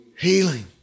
healing